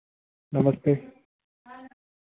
नमस्ते